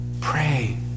Pray